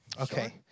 Okay